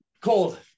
Cold